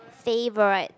favourite